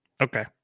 Okay